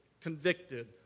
convicted